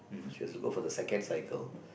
she has go for the second cycle